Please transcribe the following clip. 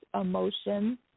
emotion